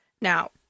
Now